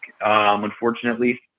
unfortunately